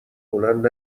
بلند